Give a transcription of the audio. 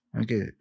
okay